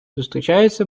зустрічається